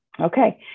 Okay